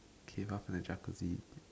okay off the Jacuzzi